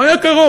הוא היה קרוב,